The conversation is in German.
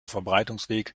verbreitungsweg